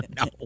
No